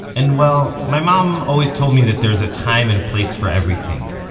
and well, my mom always told me that there's a time and a place for everything.